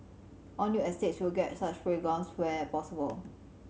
all new estates will get such playgrounds where possible